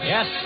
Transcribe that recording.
Yes